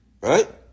right